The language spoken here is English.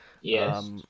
Yes